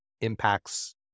impacts